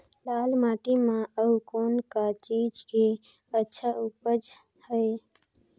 लाल माटी म अउ कौन का चीज के अच्छा उपज है?